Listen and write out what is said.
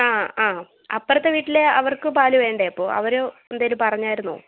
ആ ആ അപ്പുറത്തെ വീട്ടിലെ അവർക്ക് പാൽ വേണ്ടേ അപ്പോൾ അവർ എന്തെങ്കിലും പറഞ്ഞായിരുന്നോ